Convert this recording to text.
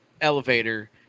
elevator